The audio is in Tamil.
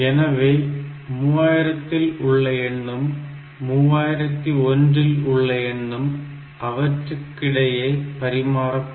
எனவே 3000 இல் உள்ள எண்ணும் 3001 உள்ள எண்ணும் அவற்றுக்கிடையே பரிமாறப்படும்